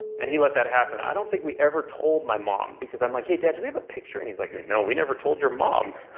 and he let that happen. i don't think we ever told my mom because i'm like, hey, dad, do we have a picture? and he's like, no, we never told your mom.